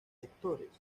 sectores